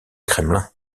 kremlin